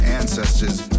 ancestors